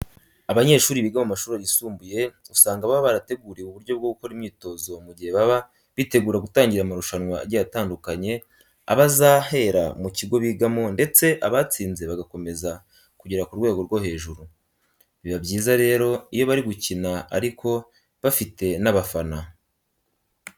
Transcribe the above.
Abanyeshuri biga mu mashuri yisumbuye usanga baba barateguriwe uburyo bwo gukora imyitozo mu gihe baba bitegura gutangira amarushanwa agiye atandukanye aba azahera mu kigo bigamo ndetse abatsinze bagakomeza kugera ku rwego rwo hejuru. Biba byiza rero iyo bari gukina ariko bafite n'abafana.